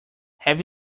have